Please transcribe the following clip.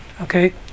Okay